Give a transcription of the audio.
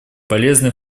полезный